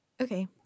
Okay